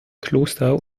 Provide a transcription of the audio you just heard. kloster